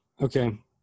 okay